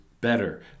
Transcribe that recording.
better